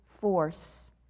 force